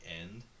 end